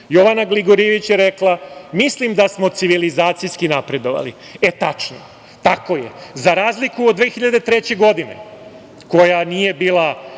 Jovana Gligorijević je rekla – mislim da smo civilizacijski napredovali. Tačno, tako je. Za razliku od 2003. godine, koja nije bila